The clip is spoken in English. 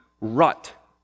rut